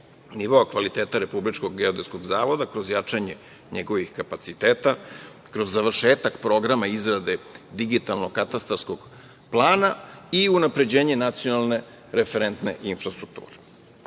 nivoa kvaliteta Republičkog geodetskog zavoda kroz jačanje njegovih kapaciteta, kroz završetak programa izrade digitalnog katastarskog plana i unapređenje nacionalne referentne infrastrukture. Kada